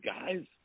guys